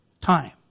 time